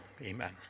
amen